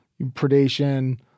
predation